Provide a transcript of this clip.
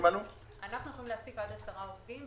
אנחנו יכולים להעסיק עד עשרה עובדים.